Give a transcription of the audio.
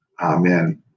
amen